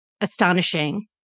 astonishing